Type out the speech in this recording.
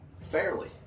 fairly